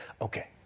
Okay